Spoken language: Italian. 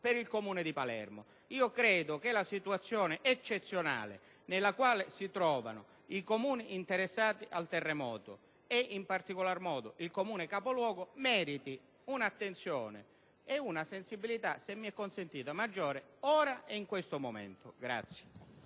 80 milioni di euro. Io credo che la situazione eccezionale nella quale si trovano i Comuni interessati dal terremoto, e in particolar modo il Comune capoluogo, meriti un'attenzione e una sensibilità, se si mi è consentito, maggiore proprio in questo momento.